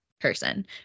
person